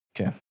Okay